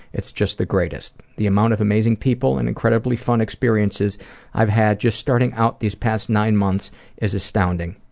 it's just the greatest. the amount of amazing people and incredibly fun experiences i've had just starting out these past nine months is astounding.